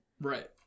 Right